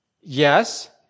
Yes